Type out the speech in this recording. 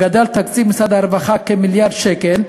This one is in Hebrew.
גדל תקציב משרד הרווחה בכמיליארד שקל.